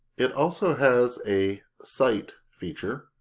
it also has a cite feature,